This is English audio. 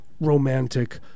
romantic